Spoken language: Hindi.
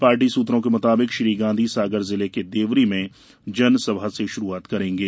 पार्टी सूत्रों के मुर्ताबिक श्री गांधी सागर जिले में देवरी में जनसभा करेंगे